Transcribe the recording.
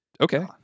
okay